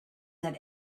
that